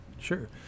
Sure